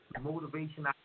motivation